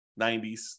90s